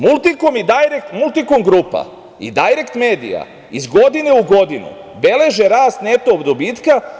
Multikom grupa“ i „Dajrekt medija“ iz godine u godinu beleže rast neto dobitka.